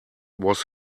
was